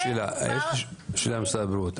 יש לי שאלה למשרד הבריאות.